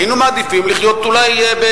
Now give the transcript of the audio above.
היינו מעדיפים אולי לחיות,